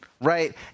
Right